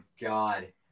God